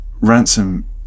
Ransom